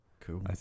cool